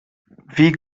wie